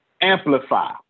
Amplify